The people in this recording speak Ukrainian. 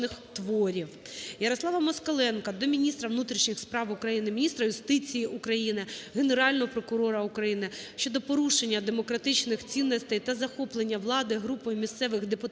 Ярослава Москаленка до міністра внутрішніх справ України, міністра юстиції України, Генерального прокурора України щодо порушення демократичних цінностей та захоплення влади групою місцевих депутатів